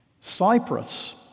Cyprus